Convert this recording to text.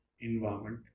environment